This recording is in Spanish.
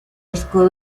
escudo